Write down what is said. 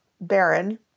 Baron